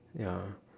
ya